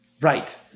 Right